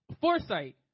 Foresight